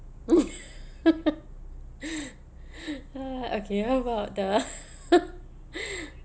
okay how about the